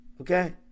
Okay